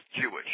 Jewish